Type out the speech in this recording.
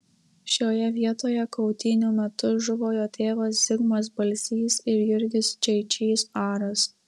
šioje vietoje kautynių metu žuvo jo tėvas zigmas balsys ir jurgis čeičys aras